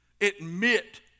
admit